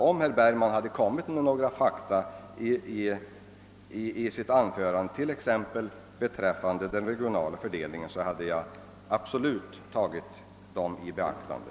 Om herr Bergman anför fakta, t.ex. när det gäller den regionala fördelningen, så vill jag utan tvivel beakta dem.